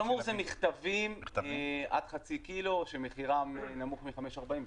שמור זה מכתבים עד חצי קילו, שמחירם נמוך מ-5.40.